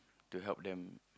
to help them